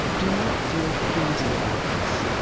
do not feel queasy about this.